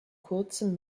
kurzem